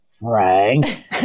Frank